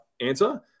answer